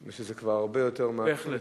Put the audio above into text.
זה כבר הרבה יותר, בהחלט,